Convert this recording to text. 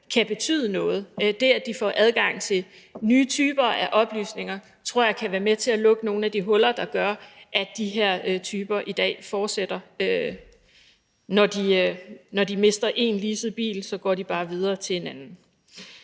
kan betyde noget – det, at de får adgang til nye typer af oplysninger, tror jeg kan være med til at lukke nogle af de huller, der gør, at de her typer i dag fortsætter; når de mister én leaset bil, går de bare videre til en anden.